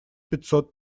пятьсот